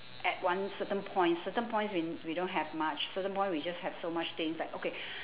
at one certain point certain points we we don't have much certain points we just have so much things like okay